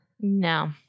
No